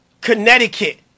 Connecticut